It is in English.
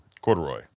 corduroy